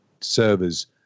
Servers